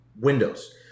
Windows